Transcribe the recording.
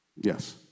Yes